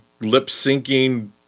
lip-syncing